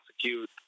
prosecute